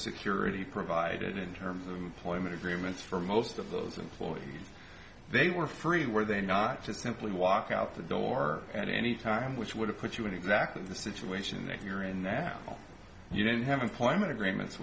security provided in terms of employment agreements for most of those employees they were free were they not to simply walk out the door at any time which would have put you in exactly the situation that you're in that you didn't have employment agreements